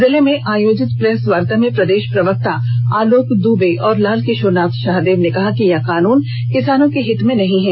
जिले में आयोजित प्रेस वार्ता में प्रदेश प्रवक्ता आलोक दुबे एवं लाल किशोर नाथ शाहदेव ने कहा यह कानून किसानों के हित में नहीं है